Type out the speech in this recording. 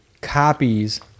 copies